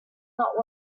not